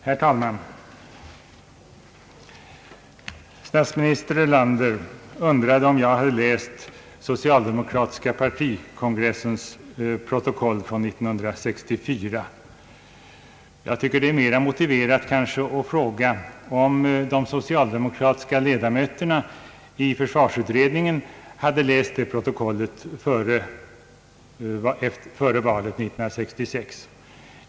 Herr talman! Statsminister Erlander undrade om jag hade läst socialdemokratiska partikongressens protokoll från 1964. Jag tycker att det är mera motiverat att fråga, om de socialdemokratiska 1edamöterna i försvarsutredningen hade läst det protokollet före valet 1966.